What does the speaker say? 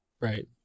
Right